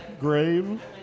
grave